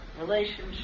relationship